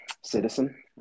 citizen